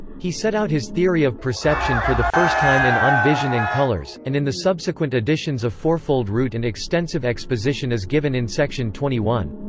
he set out his theory of perception for the first time in on vision and colors, and in the subsequent editions of fourfold root an extensive exposition is given in ss twenty one.